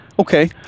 okay